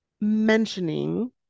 mentioning